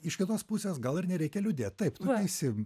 iš kitos pusės gal ir nereikia liūdėt taip tu teisi